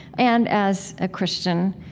and as a christian,